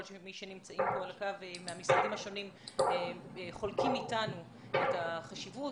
מי שנמצא כאן מהמשרדים השונים חולקים אתנו את החשיבות.